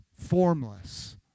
formless